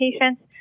patients